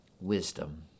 wisdom